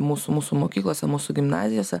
mūsų mūsų mokyklose mūsų gimnazijose